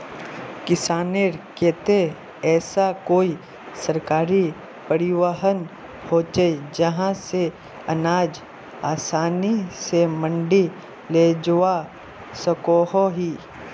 किसानेर केते ऐसा कोई सरकारी परिवहन होचे जहा से अनाज आसानी से मंडी लेजवा सकोहो ही?